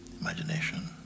imagination